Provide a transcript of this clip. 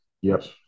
Yes